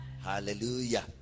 Hallelujah